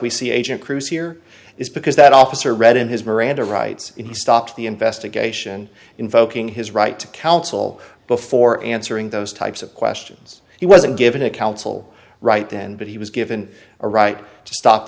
we see agent cruz here is because that officer read him his miranda rights and he stopped the investigation invoking his right to counsel before answering those types of questions he wasn't given a counsel right then but he was given a right to